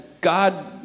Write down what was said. God